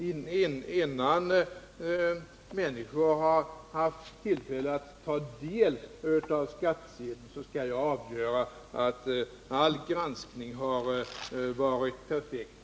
Innan människorna haft tillfälle att ta del av skattsedlarna, skall jag kunna avgöra att all granskning varit perfekt.